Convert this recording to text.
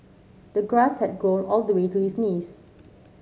the grass had grown all the way to his knees